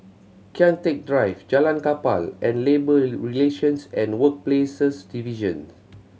Kian Teck Drive Jalan Kapal and Labour Relations and Workplaces Divisions